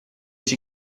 she